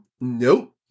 Nope